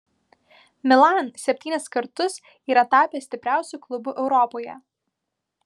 milan septynis kartus yra tapęs stipriausiu klubu europoje